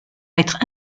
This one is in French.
être